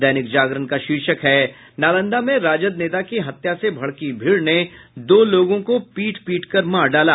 दैनिक जागरण का शीर्षक है नालंदा में राजद नेता की हत्या से भड़की भीड़ ने दो लोगों को पीट कर मार डाला